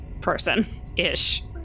person-ish